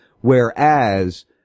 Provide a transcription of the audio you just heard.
Whereas